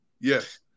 yes